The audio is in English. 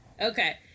Okay